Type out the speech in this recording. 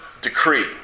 decree